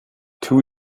two